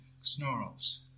snarls